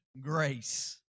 grace